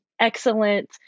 excellent